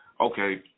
okay